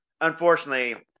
Unfortunately